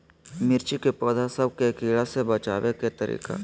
मिर्ची के पौधा सब के कीड़ा से बचाय के तरीका?